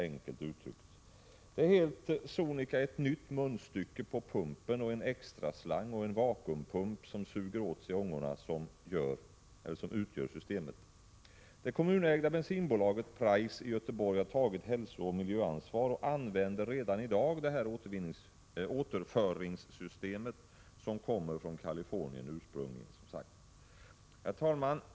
Systemet utgörs helt sonika av en ny typ av munstycke på pumpen, en extraslang och en vakuumpump, som suger åt sig ångorna. Det kommunägda bensinbolaget Prajs i Göteborg har tagit hälsooch miljöansvar och använder redan i dag detta återföringssystem, som alltså ursprungligen kommer från Kalifornien. Herr talman!